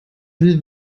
will